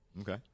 Okay